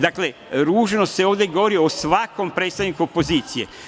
Dakle, ružno se ovde govori o svakom predstavniku opozicije.